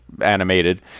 animated